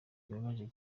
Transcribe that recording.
bibabaje